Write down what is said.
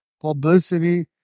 publicity